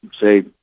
say